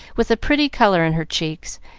with a pretty color in her cheeks,